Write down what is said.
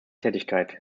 tätigkeit